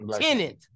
Tenant